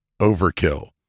overkill